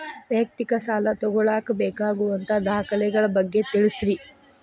ವೈಯಕ್ತಿಕ ಸಾಲ ತಗೋಳಾಕ ಬೇಕಾಗುವಂಥ ದಾಖಲೆಗಳ ಬಗ್ಗೆ ತಿಳಸ್ರಿ